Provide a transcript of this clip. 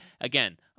again